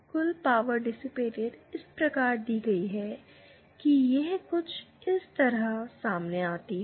कुल power dissipated इस प्रकार दी गई है और यह कुछ इस तरह सामने आती है